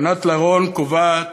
תקנת לרון קובעת,